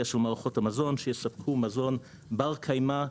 של מערכות המזון שיספקו מזון בר קיימא,